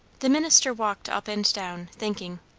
the minister walked up and down, thinking.